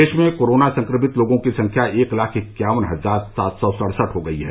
देश में कोरोना संक्रमित लोगों की संख्या एक लाख इक्यावन हजार सात सौ सड़सठ हो गई है